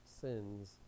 sins